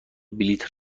بلیط